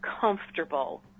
comfortable